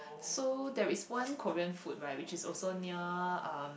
so there's one Korean food right which is also near um